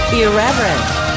irreverent